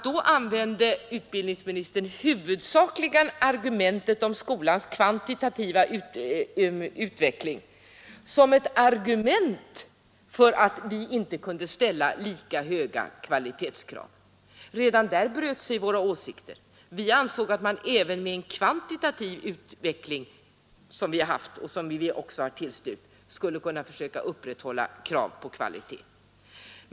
Då använde utbildningsministern huvudsakligen skolans kvantitativa utbyggnad som ett argument för att vi inte kunde ställa lika höga kvalitetskrav. Redan där bröt sig våra åsikter. Vi ansåg att man även med den kvantitativa utveckling som förekommit och som vi tillstyrkt borde försöka upprätthålla kravet på kvalitet.